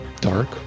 dark